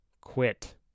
quit